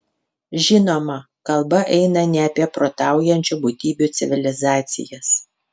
žinoma kalba eina ne apie protaujančių būtybių civilizacijas